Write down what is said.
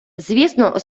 звісно